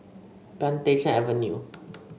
Plantation Avenue